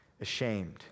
ashamed